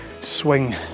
swing